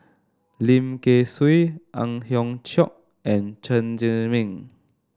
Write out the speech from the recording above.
Lim Kay Siu Ang Hiong Chiok and Chen Zhiming